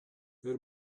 per